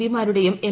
പിമാരുടെയും M